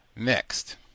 Next